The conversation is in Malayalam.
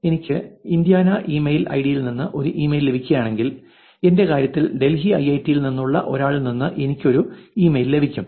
എനിക്ക് ഇന്ത്യാന ഇമെയിൽ ഐഡിയിൽ നിന്ന് ഒരു ഇമെയിൽ ലഭിക്കുകയാണെങ്കിൽ എന്റെ കാര്യത്തിൽ ഡൽഹി ഐഐഐടിയിൽ നിന്നുള്ള ഒരാളിൽ നിന്ന് എനിക്ക് ഒരു ഇമെയിൽ ലഭിക്കും